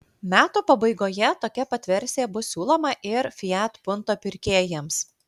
metų pabaigoje tokia pat versija bus siūloma ir fiat punto pirkėjams